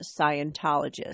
Scientologist